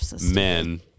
Men